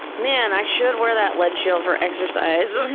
man, i should wear that lead shield for exercise,